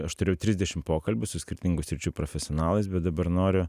aš turėjau trisdešim pokalbių su skirtingų sričių profesionalais bet dabar noriu